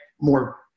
more